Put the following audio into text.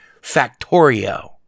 Factorio